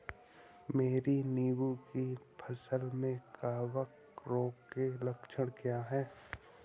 मेरी नींबू की फसल में कवक रोग के लक्षण क्या है?